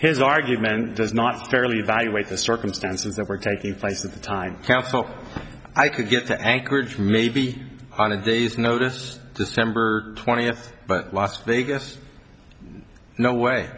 his argument does not fairly evaluate the circumstances that were taking place at the time counsel i could get to anchorage may be on a day's notice december twentieth but las vegas no way